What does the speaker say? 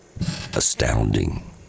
astounding